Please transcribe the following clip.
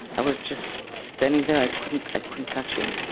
i was just standing there, i couldn't i couldn't touch him.